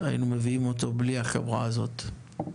היינו מביאים אותו בלי החברה הזאת.